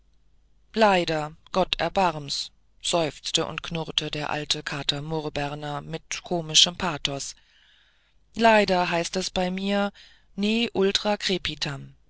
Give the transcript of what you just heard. leider gott erbarm's seufzte und knurrte der alte kater murr berner mit komischem pathos leider heißt es bei mir ne